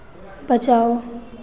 बचाओ